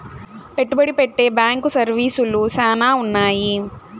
పెట్టుబడి పెట్టే బ్యాంకు సర్వీసులు శ్యానా ఉన్నాయి